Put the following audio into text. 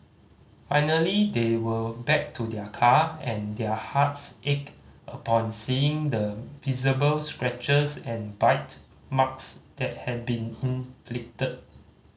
finally they went back to their car and their hearts ached upon seeing the visible scratches and bite marks that had been inflicted